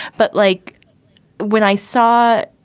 but like when i saw it,